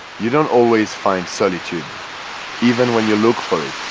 you don't always find solitude even when you look for it.